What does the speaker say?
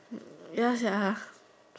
ya sia